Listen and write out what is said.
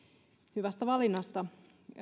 hyvästä valinnasta